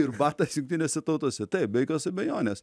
ir batas jungtinėse tautose taip be jokios abejonės